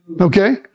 Okay